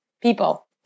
People